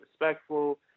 respectful